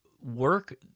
Work